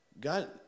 God